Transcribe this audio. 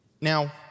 Now